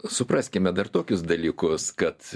supraskime dar tokius dalykus kad